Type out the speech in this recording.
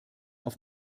auf